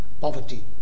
poverty